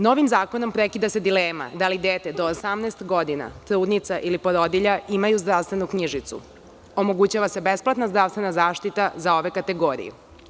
Novim zakonom prekida se dilema da li dete do 18 godina, trudnica ili porodilja imaju zdravstvenu knjižicu, omogućava se besplatna zdravstvena zaštita za ove kategorije.